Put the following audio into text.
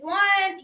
one